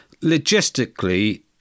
logistically